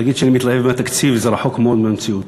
להגיד שאני מתלהב מהתקציב זה רחוק מאוד מהמציאות.